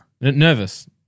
Nervous